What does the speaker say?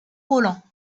roland